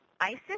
ISIS